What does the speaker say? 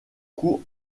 coûts